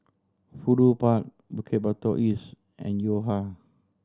Fudu Park Bukit Batok East and Yo Ha